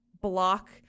block